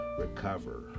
recover